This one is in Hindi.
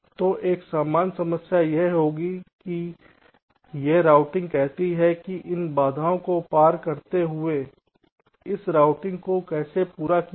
तो एक सामान्य समस्या यह होगी कि यह रूट रूटिंग कहती है कि इन बाधाओं को पार करते हुए इस राउटिंग को कैसे पूरा किया जाए